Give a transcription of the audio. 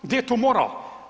Gdje je tu moral?